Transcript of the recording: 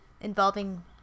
involving